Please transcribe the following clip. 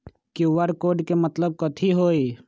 QR code के मतलब कथी होई?